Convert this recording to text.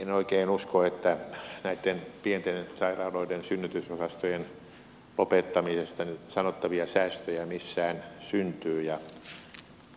en oikein usko että näitten pienten sairaaloiden synnytysosastojen lopettamisesta nyt sanottavia säästöjä missään syntyy